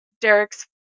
Derek's